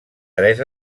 tres